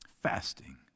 fasting